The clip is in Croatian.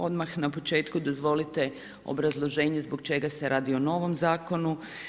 Odmah na početku dozvolite obrazloženje zbog čega se radi o novom zakonu.